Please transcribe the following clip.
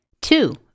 Two